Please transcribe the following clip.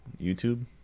YouTube